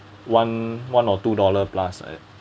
one one or two dollar plus like that